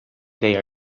they